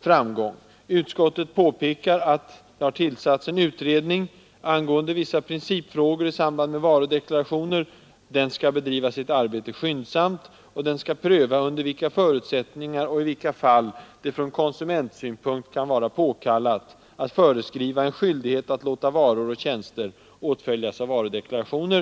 framgång. Utskottet påpekar att det har tillsatts en utredning angående vissa principfrågor i samband med varudeklarationer. Den skall bedriva förutsättningar och callat att föreskriva sitt arbete skyndsamt och den skall pröva under vilk i vilka fall det från konsumentsynpunkt kan vara p en skyldighet att låta varor och tjänster åtföljas av varudeklarationer.